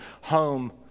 home